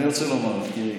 אני רוצה לומר לך.